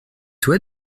toi